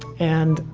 and,